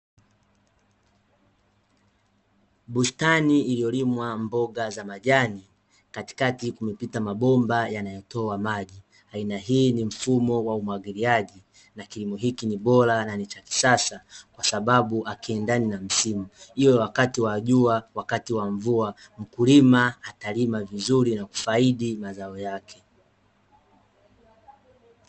Bustani iliyolimwa mboga za majani, katikati kumepita mabomba yanayotoa maji aina hii ni mfumo wa umwagiliaji na kilimo hiki ni bora na cha kisasa kwa sababu hakiendani na msimu iwe wakati wa jua wakati wa mvua, mkulima atalima vizuri nakufaidi mazao yake.